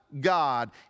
God